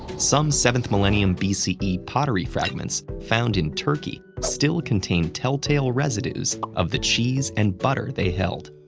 some seventh millennium bce ah pottery fragments found in turkey still contain telltale residues of the cheese and butter they held.